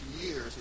years